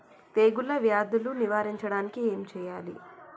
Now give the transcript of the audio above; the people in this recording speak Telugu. తెగుళ్ళ వ్యాధులు నివారించడానికి ఏం చేయాలి?